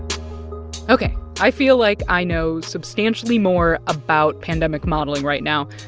ok. i feel like i know substantially more about pandemic modeling right now,